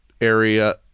area